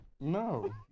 No